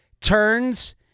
turns